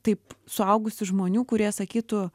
taip suaugusių žmonių kurie sakytų